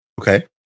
Okay